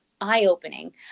eye-opening